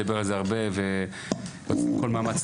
מדבר על זה הרבה ועושה כל מאמץ,